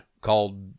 Called